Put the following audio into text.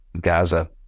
Gaza